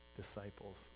disciples